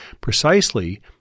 precisely